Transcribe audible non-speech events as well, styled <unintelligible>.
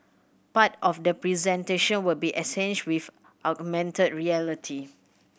part of the presentation will be <unintelligible> with augmented reality